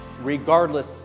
regardless